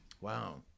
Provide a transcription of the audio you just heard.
Wow